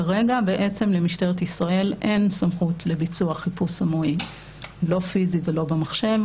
כרגע למשטרת ישראל אין סמכות לביצוע חיפוש סמוי לא פיזי ולא במחשב.